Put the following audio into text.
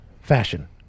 fashion